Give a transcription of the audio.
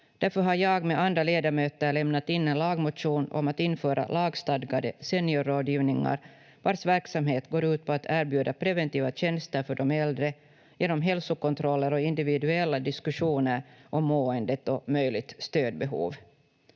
Därför har jag med andra ledamöter lämnat in en lagmotion om att införa lagstadgade seniorrådgivningar vars verksamhet går ut på att erbjuda preventiva tjänster för de äldre genom hälsokontroller och individuella diskussioner om måendet och möjligt stödbehov.